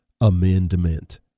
Amendment